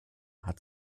hat